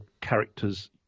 characters